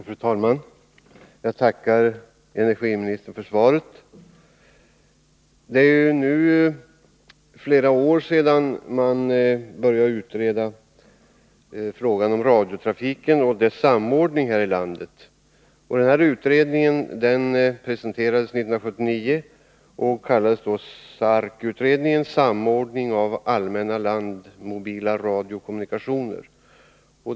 Fru talman! Jag tackar energiministern för svaret. Det är nu flera år sedan man började utreda frågan om radiotrafiken och dess samordning här i landet. Denna utredning presenterades 1979 och kallades då SARK utredningen, samordning av allmänna landmobila radiokommunikationer.